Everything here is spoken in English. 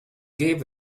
gave